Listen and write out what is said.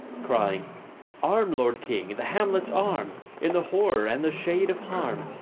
crying arm, lord king, the hamlets arm, in the horror and the shade of harm,